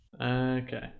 Okay